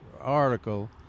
article